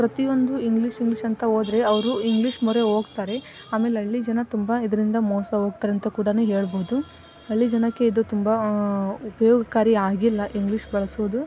ಪ್ರತಿಯೊಂದು English English ಅಂತ ಹೋದ್ರೆ ಅವರು ಇಂಗ್ಲೀಷ್ ಮೊರೆ ಹೋಗ್ತಾರೆ ಆಮೇಲೆ ಹಳ್ಳಿ ಜನ ತುಂಬ ಇದರಿಂದ ಮೋಸ ಹೋಗ್ತಾರ್ ಅಂತ ಕೂಡ ಹೇಳ್ಬೋದು ಹಳ್ಳಿ ಜನಕ್ಕೆ ಇದು ತುಂಬ ಉಪಯೋಗಕಾರಿ ಆಗಿಲ್ಲ ಇಂಗ್ಲೀಷ್ ಬಳಸೋದು